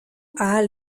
ahal